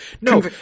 No